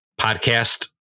podcast